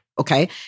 okay